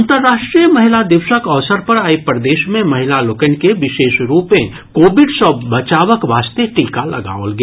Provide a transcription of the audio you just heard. अन्तर्राष्ट्रीय महिला दिवसक अवसर पर आइ प्रदेश मे महिला लोकनि के विशेष रूपें कोविड सँ बचावक वास्ते टीका लगाओल गेल